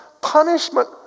punishment